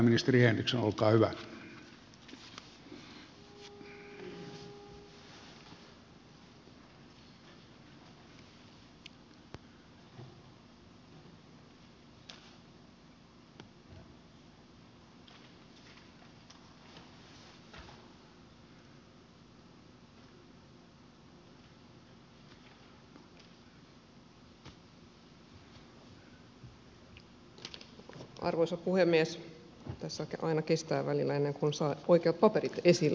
tässä aina kestää välillä ennen kuin saan oikeat paperit esille